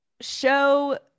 show